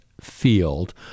field